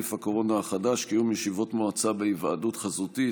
נגיף הקורונה החדש) (קיום ישיבת מועצה בהיוועדות חזותית),